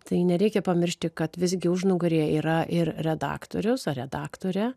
tai nereikia pamiršti kad visgi užnugaryje yra ir redaktorius ar redaktorė